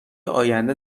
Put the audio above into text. آینده